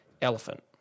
elephant